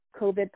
COVID